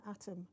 atom